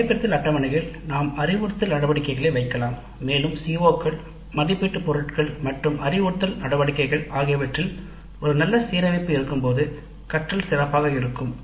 அறிவுறுத்தல் நடவடிக்கைகள் வகைபிரித்தல் அட்டவணையில் வைக்கப் படும்போதும் CO களில் மதிப்பீட்டு பொருட்கள் மற்றும் அறிவுறுத்தல் நடவடிக்கைகள் நல்ல சீரமைப்பு இருக்கும்போதும் கற்றல் சிறப்பாக இருக்கும்